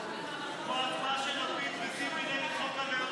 ההצבעה של לפיד, חוק הלאום,